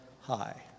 High